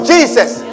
Jesus